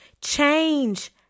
Change